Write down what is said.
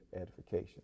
edification